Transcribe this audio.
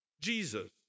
Jesus